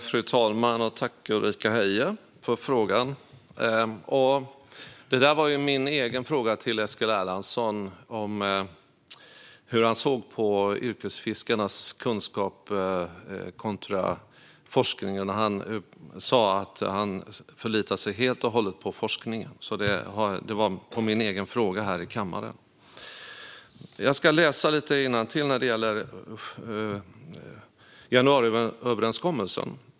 Fru talman! Tack, Ulrika Heie, för frågan! Ja, det där var ju min egen fråga till Eskil Erlandsson om hur han såg på yrkesfiskarnas kunskap kontra forskningen. Han sa att han förlitade sig helt och hållet på forskningen. Det var alltså svaret på min egen fråga här i kammaren. Jag ska läsa lite innantill från januariöverenskommelsen.